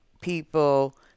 people